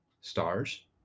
Stars